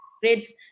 grades